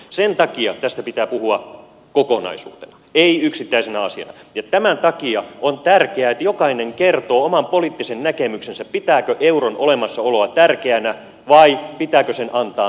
sen takia tästä pitää puhua kokonaisuutena ei yksittäisenä asiana ja tämän takia on tärkeää että jokainen kertoo oman poliittisen näkemyksensä siitä pitääkö euron olemassaoloa tärkeänä vai pitääkö sen antaa mennä